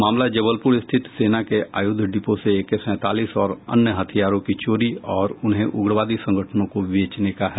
मामला जबलपुर स्थित सेना के आयुध डिपो से एके सैंतालीस और अन्य हथियारों की चोरी और उन्हें उग्रवादी संगठनों को बेचने का है